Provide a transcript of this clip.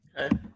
Okay